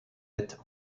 est